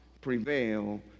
prevail